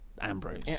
Ambrose